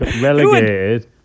relegated